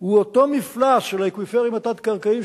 הוא אותו מפלס של האקוויפרים התת-קרקעיים,